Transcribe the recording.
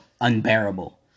unbearable